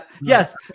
Yes